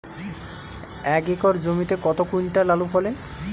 এক একর জমিতে কত কুইন্টাল আলু ফলে?